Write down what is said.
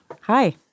Hi